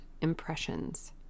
Impressions